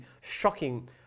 shocking